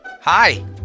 Hi